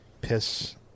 piss